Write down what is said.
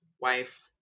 wife